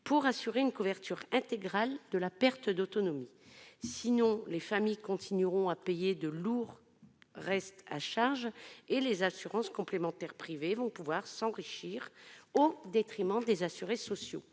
pour assurer une couverture intégrale de la perte d'autonomie. À défaut, les familles continueront à acquitter de lourds restes à charge et les assureurs privés pourront s'enrichir au détriment des assurés sociaux.